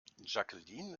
jacqueline